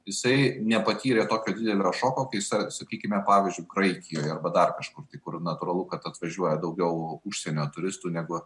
jisai nepatyrė tokio didelio šoko kaip sa sakykime pavyzdžiui graikijoje arba dar kažkur tai kur natūralu kad atvažiuoja daugiau užsienio turistų negu